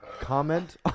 Comment